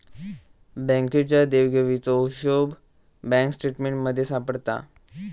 बँकेच्या देवघेवीचो हिशोब बँक स्टेटमेंटमध्ये सापडता